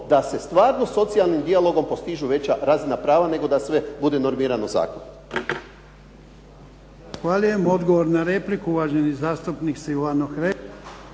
da se stvarno socijalnim dijalogom postižu veća razina prava, nego da sve bude normirano zakonom. **Jarnjak, Ivan (HDZ)** Zahvaljujem. Odgovor na repliku uvaženi zastupnik Silvano Hrelja.